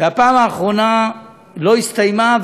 והפעם האחרונה לא הסתיימה,